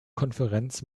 konferenz